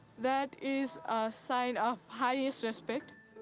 that is a sign of highest respect.